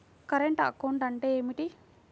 Current account అంటే ఏమిటి?